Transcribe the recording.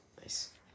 Nice